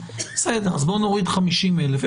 אז נוריד 50 אלף.